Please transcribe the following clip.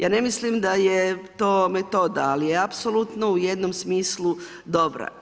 Ja ne mislim da je to metoda, ali apsolutno je u jednom smislu dobra.